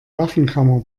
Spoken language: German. waffenkammer